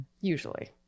Usually